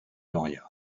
doria